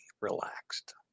relaxed